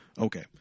Okay